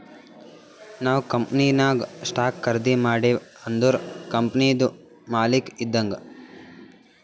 ನಾವ್ ಕಂಪನಿನಾಗ್ ಸ್ಟಾಕ್ ಖರ್ದಿ ಮಾಡಿವ್ ಅಂದುರ್ ಕಂಪನಿದು ಮಾಲಕ್ ಇದ್ದಂಗ್